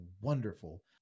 wonderful